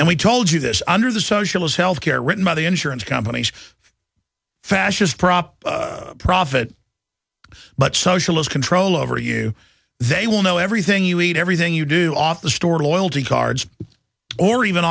and we told you this under the socialist health care written by the insurance company fascist prop profit but socialist control over you they will know everything you eat everything you do off the store loyalty cards or even